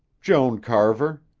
joan carver.